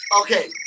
Okay